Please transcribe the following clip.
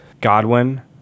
Godwin